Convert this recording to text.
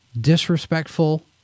disrespectful